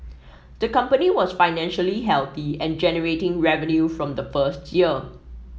the company was financially healthy and generating revenue from the first year